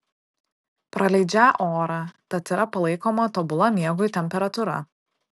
praleidžią orą tad yra palaikoma tobula miegui temperatūra